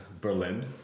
berlin